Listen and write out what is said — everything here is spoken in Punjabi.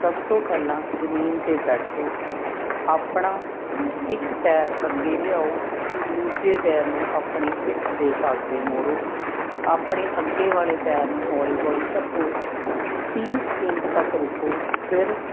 ਸਭ ਤੋਂ ਪਹਿਲਾਂ ਜ਼ਮੀਨ 'ਤੇ ਬੈਠੋ ਆਪਣਾ ਇੱਕ ਪੈਰ ਅੱਗੇ ਲਿਆਓ ਦੂਜੇ ਪੈਰ ਨੂੰ ਆਪਣੇ ਪਿੱਠ ਦੇ ਪਾਸੇ ਮੋੜੋ ਆਪਣੇ ਅੱਗੇ ਵਾਲੇ ਪੈਰ ਨੂੰ ਹੌਲੀ ਹੌਲੀ ਧੱਕੋ ਤੀਹ ਸਕਿੰਟ ਤੱਕ ਰੁਕੋ ਫਿਰ